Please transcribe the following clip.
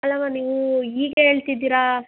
ಅಲ್ಲ ಮಾ ನೀವೂ ಈಗ ಹೇಳ್ತಿದ್ದೀರಾ